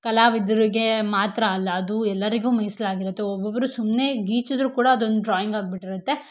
ಕಲಾವಿದ್ರಿಗೆ ಮಾತ್ರ ಅಲ್ಲ ಅದು ಎಲ್ಲರಿಗೂ ಮೀಸಲಾಗಿರುತ್ತೆ ಒಬ್ಬೊಬ್ಬರು ಸುಮ್ಮನೆ ಗೀಚಿದ್ರೂ ಕೂಡ ಅದು ಒಂದು ಡ್ರಾಯಿಂಗ್ ಆಗಿಬಿಟ್ಟಿರತ್ತೆ